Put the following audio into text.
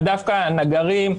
אבל דווקא נגרים,